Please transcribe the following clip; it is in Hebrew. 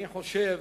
אני חושב